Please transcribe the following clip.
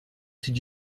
did